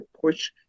push